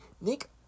Nick